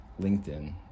linkedin